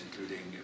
including